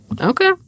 Okay